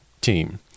team